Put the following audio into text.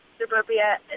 suburbia